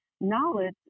knowledge